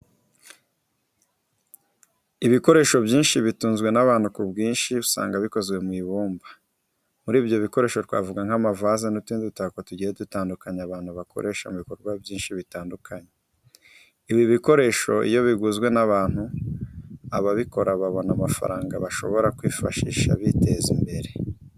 Ibikoresho byinshi bitunzwe n'abantu ku bwinshi usanga bikozwe mu ibumba. Muri ibyo bikoresho twavuga nk'amavaze n'utundi dutako tujyiye dutandukanye abantu bakoresha mu bikorwa byinshi bitandukanye. Ibi bikoresho iyo biguzwe n'abantu, ababikora babona amafaranga bashobora kwifashisha biteza imbere.